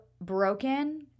broken